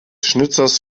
schnitzers